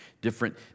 different